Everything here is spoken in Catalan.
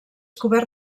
cobert